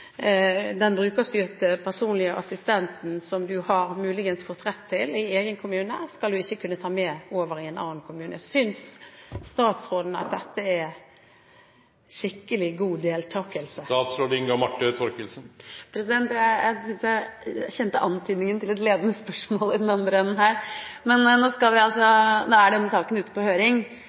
den brukerstyrte personlige assistenten som du muligens har fått rett til i egen kommune, over i en annen kommune. Synes statsråden at dette er skikkelig god deltakelse? Jeg synes jeg kjente antydningen til et ledende spørsmål i den andre enden her. Nå er denne saken ute på høring,